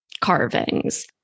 carvings